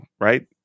right